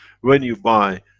when you buy